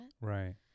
right